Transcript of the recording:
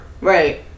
Right